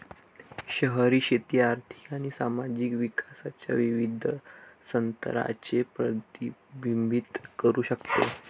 शहरी शेती आर्थिक आणि सामाजिक विकासाच्या विविध स्तरांचे प्रतिबिंबित करू शकते